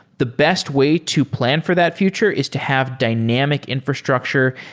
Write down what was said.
the best way to plan for that future is to have dynamic infrastructure,